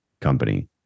company